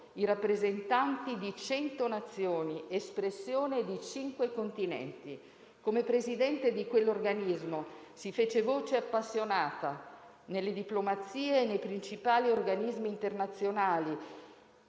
i rappresentanti di cento Nazioni, espressione di cinque Continenti. Come presidente di quell'organismo, si fece voce appassionata nelle diplomazie e nei principali organismi internazionali.